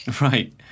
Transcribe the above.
Right